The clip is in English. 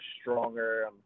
stronger